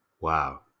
Wow